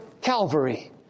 Calvary